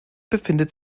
befindet